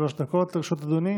שלוש דקות לרשות אדוני,